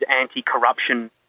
anti-corruption